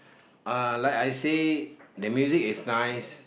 uh like I say the music is nice